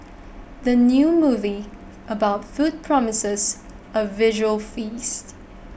the new movie about food promises a visual feast